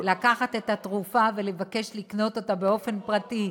לקחת את התרופה ולבקש לקנות אותה באופן פרטי.